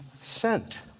sent